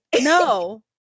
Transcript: No